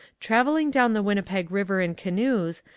travelling down the winnipeg river in canoes,